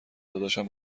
داداشم